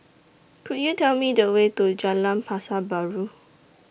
Could YOU Tell Me The Way to Jalan Pasar Baru